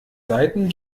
seiten